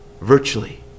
virtually